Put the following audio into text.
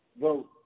vote